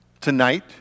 tonight